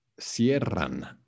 Cierran